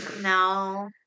No